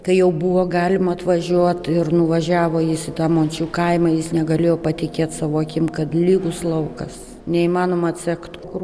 kai jau buvo galima atvažiuot ir nuvažiavo jis į tą mončių kaimą jis negalėjo patikėti savo akim kad lygus laukas neįmanoma atsekt kur